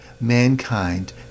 mankind